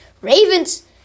Ravens